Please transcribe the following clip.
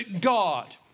God